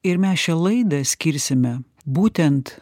ir mes šią laidą skirsime būtent